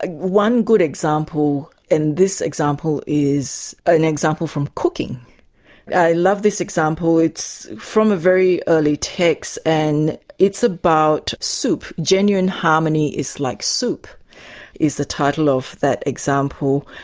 ah one good example and this example is an example from cooking i love this example, it's from a very early text and it's about soup. genuine harmony is like soup is the title of that example.